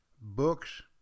books